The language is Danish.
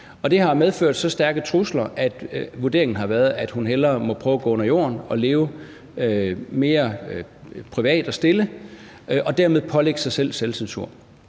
det har medført så stærke trusler, at vurderingen har været, at hun hellere må prøve at gå under jorden og leve mere privat og stille og dermed pålægge sig selvcensur.